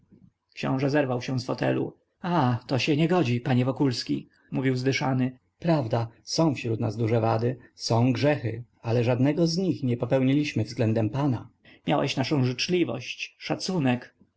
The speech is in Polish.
książe zerwał się z fotelu aaa to się nie godzi panie wokulski mówił zadyszany prawda są wśród nas duże wady są grzechy ale żadnego z nich nie popełniliśmy względem pana miałeś naszę życzliwość szacunek